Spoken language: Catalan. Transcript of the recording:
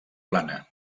plana